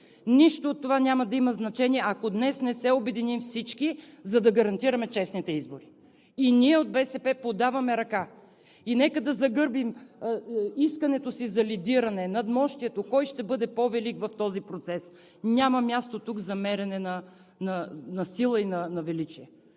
Нищо от това няма да има значение, ако днес не се обединим всички, за да гарантираме честните избори. И ние от БСП подаваме ръка, и нека да загърбим искането си за лидиране, надмощието кой ще бъде по велик в този процес. Няма място тук за мерене на сила и на величие.